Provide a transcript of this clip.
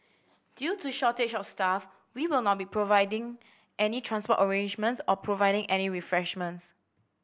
due to shortage of staff we will not be providing any transport arrangements or providing any refreshments